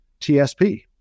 TSP